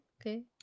okay